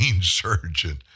surgeon